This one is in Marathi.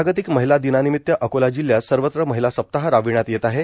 जागतिक महिला दिनानिमित्त अकोला जिल्ह्यात सर्वत्र महिला सप्ताह राबविण्यात येत आहे